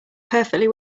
perfectly